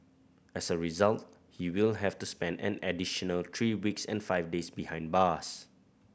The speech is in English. as a result he will have to spend an additional three weeks and five days behind bars